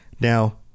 Now